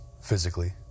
physically